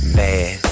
bad